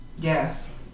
Yes